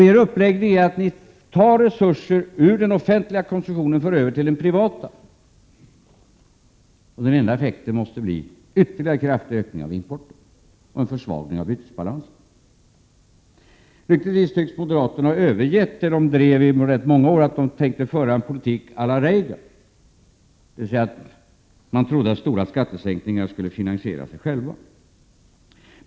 Er uppläggning innebär att ni tar resurser från den offentliga konsumtionen och för över till den privata. Den enda effekten av detta måste bli ytterligare kraftig ökning av importen och försvagning av bytesbalansen. Lyckligtvis tycks moderaterna ha övergett det man drev under rätt många år, när de tänkte föra en politik å la Reagan, dvs. att man trodde att stora : skattesänkningar skulle finansiera sig själva.